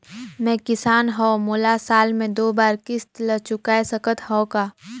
मैं किसान हव मोला साल मे दो बार किस्त ल चुकाय सकत हव का?